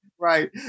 Right